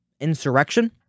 insurrection